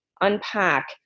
unpack